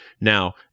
Now